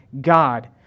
God